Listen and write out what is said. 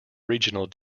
regional